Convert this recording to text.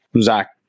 Zach